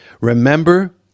Remember